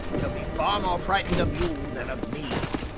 they'll be far more frightened of you than of me.